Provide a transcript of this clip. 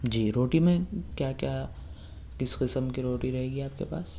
جی روٹی میں کیا کیا کس قسم کی روٹی رہے گی آپ کے پاس